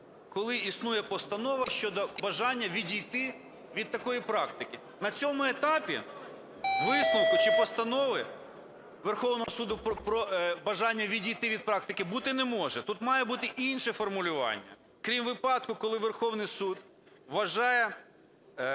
коли існує постанова щодо бажання відійти від такої практики. На цьому етапі висновку чи постанови Верховного Суду про бажання відійти від практики бути не може. Тут має бути інше формулювання: "крім випадку, коли Верховний Суд вважає